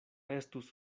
estus